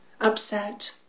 upset